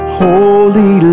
holy